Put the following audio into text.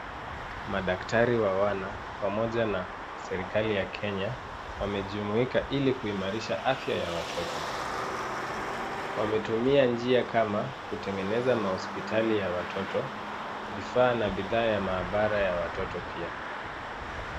Madaktari wa wana, pamoja na serikali ya Kenya wamejumuika ili kuimarisha afya ya watoto. Wametumia njia kama, kutengeneza mahospitali ya watoto, vifaa na bidhaa ya maabara ya watoto pia.